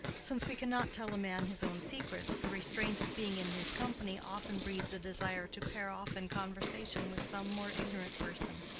since we cannot tell a man his own secrets, the restraint of being in his company often breeds a desire to pair off in conversation with some more ignorant person,